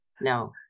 No